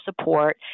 support